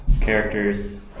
characters